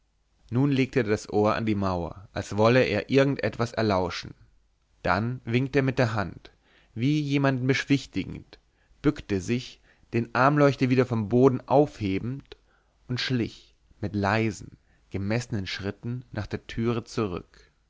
nun legte er das ohr an die mauer als wolle er irgend etwas erlauschen dann winkte er mit der hand wie jemanden beschwichtigend bückte sich den armleuchter wieder vom boden aufhebend und schlich mit leisen gemessenen schritten nach der türe zurück